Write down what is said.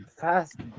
fast